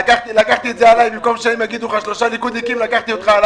לקחתי את זה עלי במקום ששלושה ליכודניקים יגידו את זה.